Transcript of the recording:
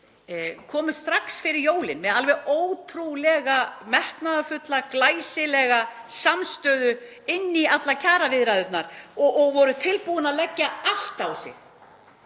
komu strax fyrir jólin með alveg ótrúlega metnaðarfulla og glæsilega samstöðu inn í allar kjaraviðræðurnar og voru tilbúin að leggja allt á sig,